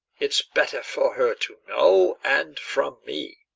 it's better for her to know, and from me.